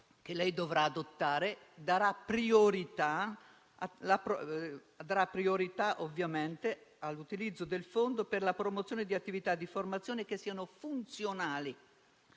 che lei dovrà adottare darà priorità all'utilizzo del fondo per la promozione di attività di formazione che siano funzionali